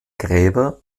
gräber